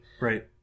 Right